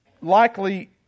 likely